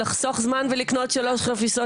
לחסוך זמן ולקנות שלוש חפיסות,